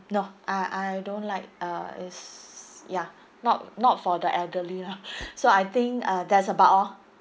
no I I don't like uh it's ya not not for the elderly lah so I think uh that's about all